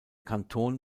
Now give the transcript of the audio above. kanton